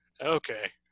Okay